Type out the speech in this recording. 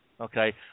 Okay